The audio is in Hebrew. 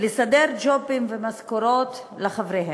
לסדר ג'ובים ומשכורות לחבריהם.